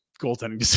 goaltending